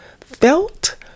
felt